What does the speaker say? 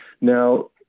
Now